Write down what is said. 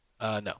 No